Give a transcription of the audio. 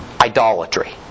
Idolatry